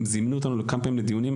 זימנו אותנו כמה פעמים לדיונים.